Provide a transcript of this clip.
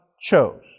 chose